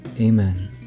Amen